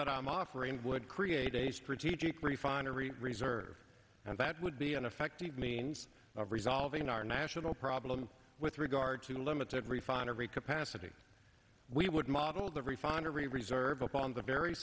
that i'm offering would create a strategic refinery reserve and that would be an effective means of resolving our national problem with regard to limited refinery capacity we would modeled the refinery reserve upon the very